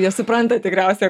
jie supranta tikriausia